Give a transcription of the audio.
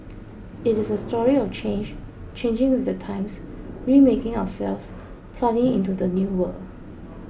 it is a story of change changing with the times remaking ourselves plugging into the new world